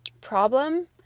problem